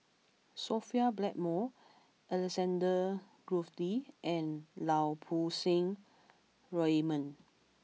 Sophia Blackmore Alexander Guthrie and Lau Poo Seng Raymond